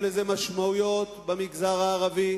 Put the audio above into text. יהיו לזה משמעויות במגזר הערבי,